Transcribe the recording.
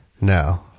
No